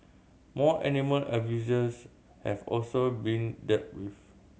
more animal abusers have also been deal with